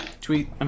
Tweet